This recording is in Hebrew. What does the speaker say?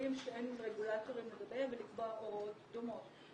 --- שאין רגולטורים לגביהם ולקבוע הוראות דומות.